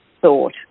thought